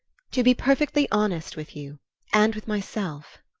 to be perfectly honest with you and with myself.